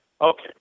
okay